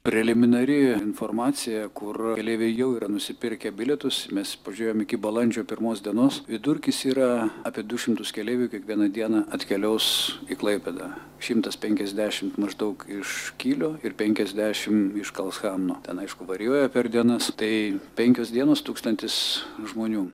preliminari informacija kur keleiviai jau yra nusipirkę bilietus mes pažiūrėjom iki balandžio pirmos dienos vidurkis yra apie du šimtus keleivių kiekvieną dieną atkeliaus į klaipėdą šimtas penkiasdešimt maždaug iš kylio ir penkiasdešimt iš karlshamno ten aišku varijuoja per dienas tai penkios dienos tūkstantis žmonių